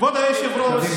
קדימה.